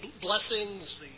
blessings